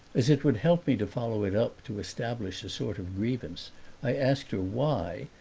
as it would help me to follow it up to establish a sort of grievance i asked her why,